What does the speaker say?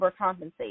overcompensate